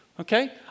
Okay